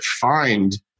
find